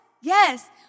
Yes